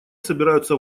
собираются